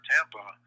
Tampa